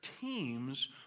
teams